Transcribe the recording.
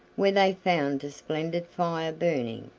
where they found a splendid fire burning,